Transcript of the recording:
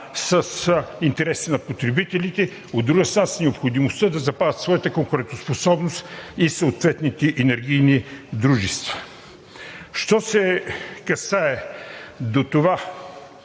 с интересите на потребителите, от друга страна, с необходимостта да запазят своята конкурентоспособност и съответните енергийни дружества. Що се касае до това,